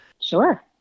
Sure